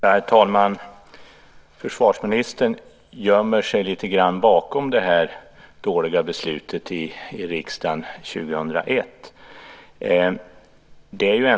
Herr talman! Försvarsministern gömmer sig lite grann bakom det dåliga beslutet i riksdagen 2001.